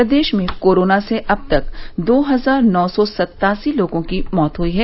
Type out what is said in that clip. प्रदेश में कोरोना से अब तक दो हजार नौ सौ सत्तासी लोगों की मौत हुई है